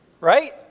right